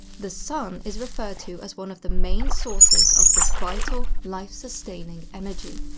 the sun is referred to as one of the main sources of this vital, life sustaining energy.